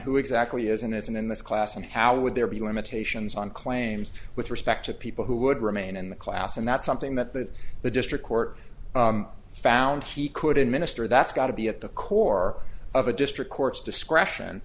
who exact what is and isn't in this class and how would there be limitations on claims with respect to people who would remain in the class and that's something that the district court found he couldn't minister that's got to be at the core of a district court's discretion